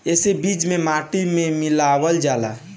एसे बीज के माटी में मिलावल जाला